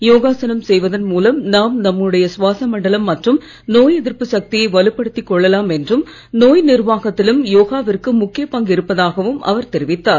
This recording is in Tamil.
யோகாசனம் செய்வதன் மூலம் நாம் நம்ழுடைய சுவாச மண்டலம் மற்றும் நோய் எதிர்ப்பு சக்தியை வலுப்படுத்திக் கொள்ளலாம் என்றும் நோய் நிர்வாகத்திலும் யோகாவிற்கு முக்கிய பங்கு இருப்பதாகவும் அவர் தெரிவித்தார்